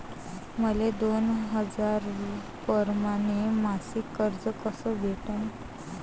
मले दोन हजार परमाने मासिक कर्ज कस भेटन?